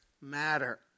matter